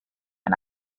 and